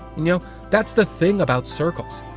you know that's the thing about circles,